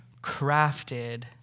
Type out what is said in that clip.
crafted